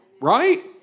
Right